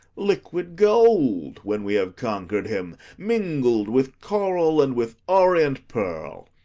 liquid gold, when we have conquer'd him, mingled with coral and with orient pearl.